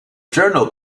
journal